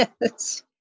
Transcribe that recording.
Yes